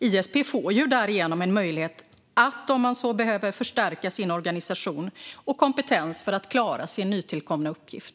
ISP får därigenom en möjlighet att, om man så behöver, förstärka sin organisation och kompetens för att klara sin nytillkomna uppgift.